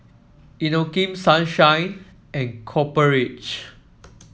Inokim Sunshine and Copper Ridge